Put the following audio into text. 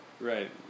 Right